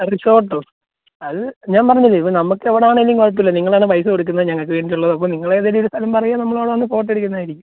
റിസോർട്ടോ അത് ഞാൻ പറഞ്ഞില്ലേ ഇപ്പോൾ നമുക്ക് എവിടെ ആണെങ്കിലും കുഴപ്പമില്ല നിങ്ങളാണ് പൈസ കൊടുക്കുന്നത് ഞങ്ങൾക്ക് വേണ്ടിയുള്ളതും അപ്പം നിങ്ങൾ ഏതെങ്കിലും ഒരു സ്ഥലം പറയുക നമ്മൾ അവിടെ വന്ന് ഫോട്ടോ എടുക്കുന്നതായിരിക്കും